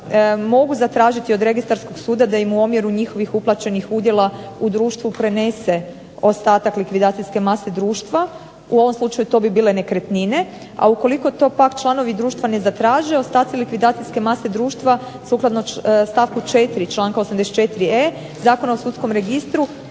mogu zatražiti od Registarskog suda da im u omjeru njihovih uplaćenih udjela u društvu prenese ostatak likvidacijske mase društva, u ovom slučaju to bi bile nekretnine, a ukoliko to pak članovi društva ne zatraže ostaci likvidacijske mase društva sukladno stavku 4. članka 84.e Zakona o sudskom registru